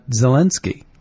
Zelensky